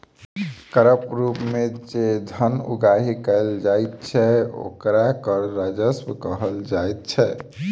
करक रूप मे जे धन उगाही कयल जाइत छै, ओकरा कर राजस्व कहल जाइत छै